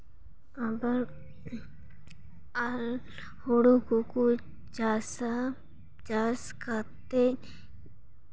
ᱟᱵᱟᱨ ᱟᱨ ᱦᱩᱲᱩ ᱠᱚᱠᱚ ᱪᱟᱥᱟ ᱪᱟᱥ ᱠᱟᱛᱮᱫ